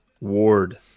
ward